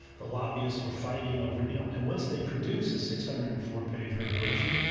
the lobbyists were fighting over you know and once they produce the six hundred and four page regulation,